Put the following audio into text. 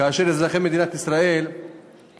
כאשר אזרחי מדינת ישראל עושים,